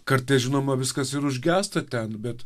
kartais žinoma viskas ir užgęsta ten bet